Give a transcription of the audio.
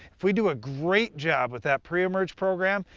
if we do a great job with that pre-emerge program,